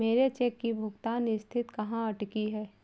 मेरे चेक की भुगतान स्थिति कहाँ अटकी है?